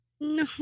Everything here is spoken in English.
No